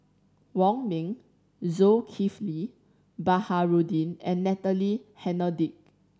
Wong Ming Zulkifli Baharudin and Natalie Hennedige